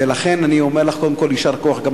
ולכן אני אומר לך קודם כול יישר כוח,